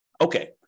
Okay